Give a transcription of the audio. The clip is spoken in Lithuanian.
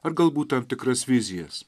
ar galbūt tam tikras vizijas